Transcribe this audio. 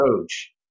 coach